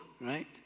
right